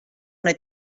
una